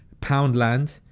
Poundland